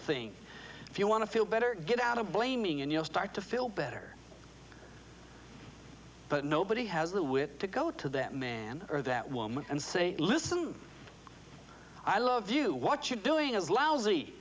thing if you want to feel better get out of blaming and you'll start to feel better but nobody has the wit to go to that man or that woman and say listen i love you what you're doing is lousy